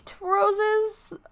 Rose's